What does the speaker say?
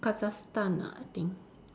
Kazakhstan ah I think